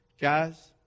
guys